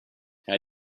how